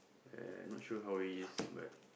uh not sure how he is but